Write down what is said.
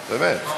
באמת.